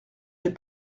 des